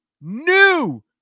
new